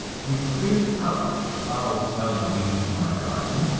we clear out foul-smelling weeds from our garden,